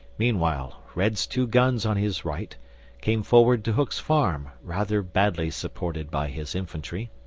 meanwhile red's two guns on his right came forward to hook's farm, rather badly supported by his infantry.